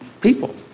people